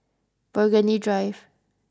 Burgundy Drive